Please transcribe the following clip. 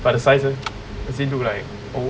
but the size leh does he look like old